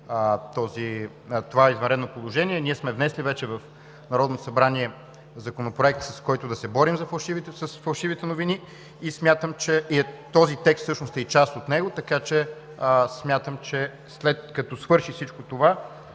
това извънредно положение, ние сме внесли вече в Народното събрание Законопроект, с който да се борим с фалшивите новини. Този текст всъщност е и част от него, така че смятам, че след като свърши всичко това,